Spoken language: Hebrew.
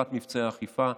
תודה רבה,